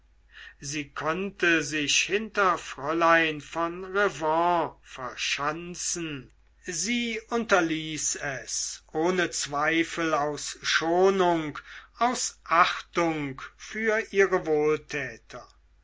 sie konnte sich hinter fräulein von revanne verschanzen sie unterließ es ohne zweifel aus schonung aus achtung für ihre wohltäter